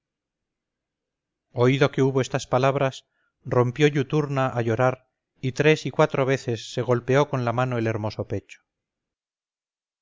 oído que hubo estas palabras rompió iuturna a llorar y tres y cuatro veces se golpeó con la mano el hermoso pecho